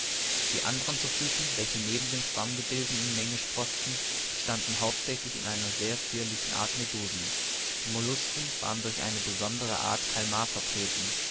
die andern zoophyten welche neben den schwammgebilden in menge sproßten bestanden hauptsächlich in einer sehr zierlichen art medusen die mollusken waren durch eine besondere art kalmar vertreten